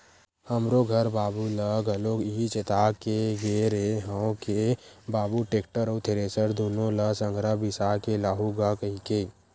हमरो घर बाबू ल घलोक इहीं चेता के गे रेहे हंव के बाबू टेक्टर अउ थेरेसर दुनो ल संघरा बिसा के लाहूँ गा कहिके